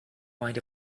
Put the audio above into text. mind